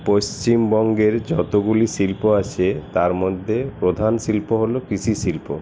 পশ্চিমবঙ্গের যতগুলি শিল্প আছে তার মধ্যে প্রধান শিল্প হল কৃষি শিল্প